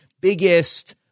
biggest